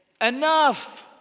enough